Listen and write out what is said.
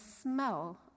smell